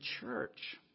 church